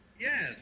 Yes